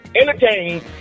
entertained